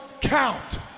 count